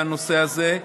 בנושא הזה,